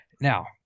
Now